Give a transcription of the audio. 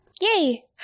Yay